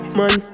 man